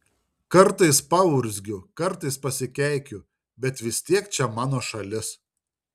kartais paurzgiu kartais pasikeikiu bet vis tiek čia mano šalis